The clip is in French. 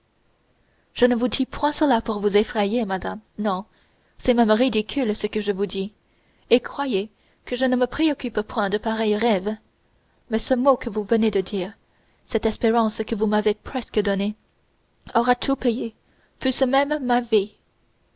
je ne vous dis point cela pour vous effrayer madame non c'est même ridicule ce que je vous dis et croyez que je ne me préoccupe point de pareils rêves mais ce mot que vous venez de dire cette espérance que vous m'avez presque donnée aura tout payé fût-ce même ma